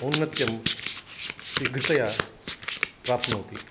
औन्नत्यं शीघ्रतया प्राप्नोति